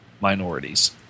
minorities